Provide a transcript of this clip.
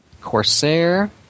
Corsair